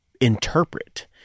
interpret